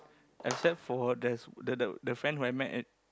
except for there's the the the friend who I met at